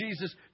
Jesus